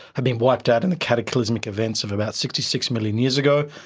have been wiped out in the cataclysmic events of about sixty six million years ago,